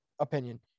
opinion